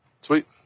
Sweet